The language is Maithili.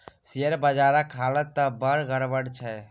शेयर बजारक हालत त बड़ गड़बड़ छै